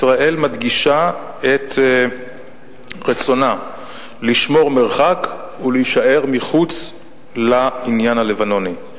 ישראל מדגישה את רצונה לשמור מרחק ולהישאר מחוץ לעניין הלבנוני.